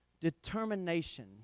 determination